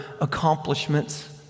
accomplishments